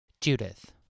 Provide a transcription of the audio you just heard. Judith